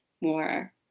more